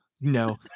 No